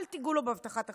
אל תיגעו לו בהבטחת ההכנסה.